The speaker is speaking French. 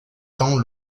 temps